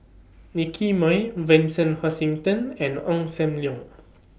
Nicky Moey Vincent Hoisington and Ong SAM Leong